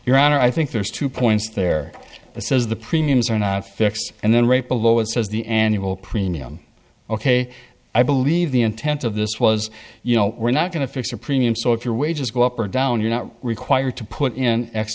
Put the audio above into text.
your honor i think there's two points there it says the premiums are not fixed and then right below it says the annual premium ok i believe the intent of this was you know we're not going to fix a premium so if your wages go up or down you're not required to put in x